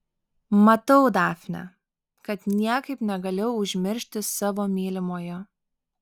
matau dafne kad niekaip negali užmiršti savo mylimojo